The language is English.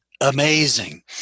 amazing